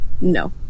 No